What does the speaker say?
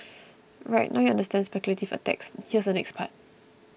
alright now you understand speculative attacks here's the next part